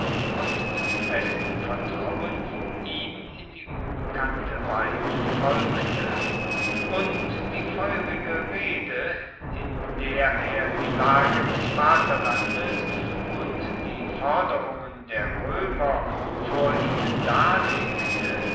und mit festem vertrauen ihm in die unbekannte weite folgte und die feurige rede in der er die lage des vaterlandes und die forderungen der roemer vor ihnen darlegte